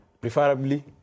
Preferably